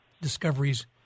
discoveries